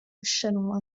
rushanwa